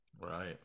Right